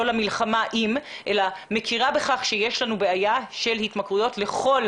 למלחמה עם ומכירה בכך שיש לנו בעיה של התמכרויות לכל